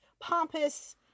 pompous